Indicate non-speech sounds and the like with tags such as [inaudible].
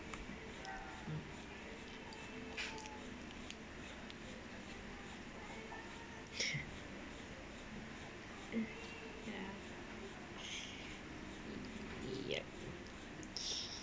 [breath] [noise] ya yup [noise]